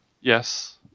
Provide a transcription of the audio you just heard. Yes